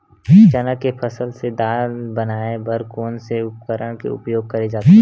चना के फसल से दाल बनाये बर कोन से उपकरण के उपयोग करे जाथे?